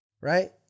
right